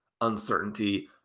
uncertainty